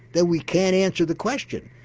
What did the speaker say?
then we can't answer the question.